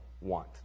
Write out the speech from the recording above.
want